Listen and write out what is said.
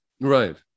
right